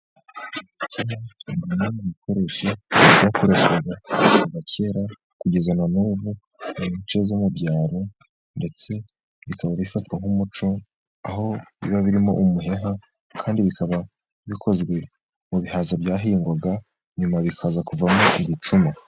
Igicuma kiri mukoreshasho byakoreshwaga kuva kera kugeza na n'ubu mu mico zo mu byaro, ndetse rikaba rifatwa nk'umuco aho biba birimo umuheha, kandi bikaba bikozwe mu bihaza byahingwaga nyuma bikaza kuvamo igicumu.